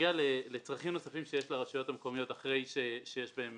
בנוגע לצרכים נוספים שיש לרשויות המקומיות אחרי שיש בהן